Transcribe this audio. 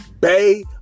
Bay